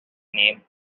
name